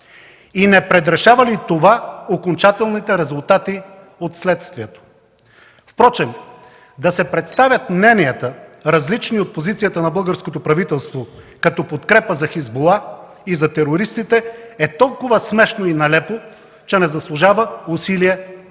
И не предрешава ли това окончателните резултати от следствието? Впрочем да се представят мненията, различни от позицията на българското правителство, като подкрепа за „Хизбула“ и за терористите е толкова смешно и нелепо, че не заслужава усилия да бъдат